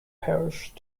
parish